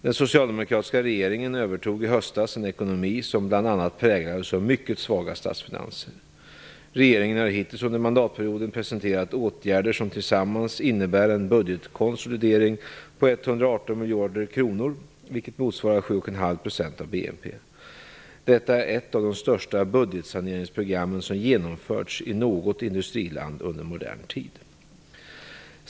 Den socialdemokratiska regeringen övertog i höstas en ekonomi som bl.a. präglades av mycket svaga statsfinanser. Regeringen har hittills under mandatperioden presenterat åtgärder som tillsammans innebär en budgetkonsolidering på 118 miljarder kronor, vilket motsvarar 7,5 % av BNP. Detta är ett av de största budgetsaneringsprogram som genomförts i något industriland under modern tid.